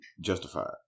justified